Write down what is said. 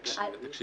תקשיב.